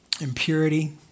Impurity